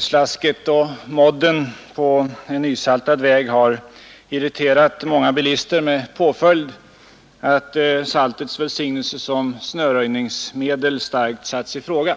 Slasket och modden på en nysaltad väg har irriterat många bilister, med påföljd att saltets välsignelse som snöröjningsmedel starkt satts i fråga.